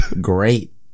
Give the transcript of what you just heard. Great